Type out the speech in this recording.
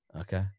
Okay